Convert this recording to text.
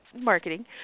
marketing